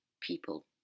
people